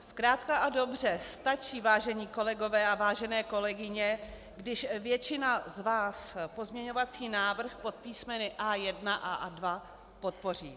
Zkrátka a dobře, stačí, vážení kolegové a vážené kolegyně, když většina z vás pozměňovací návrh pod písmeny A1 a A2 podpoří.